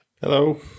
Hello